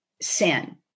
sin